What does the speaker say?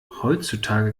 heutzutage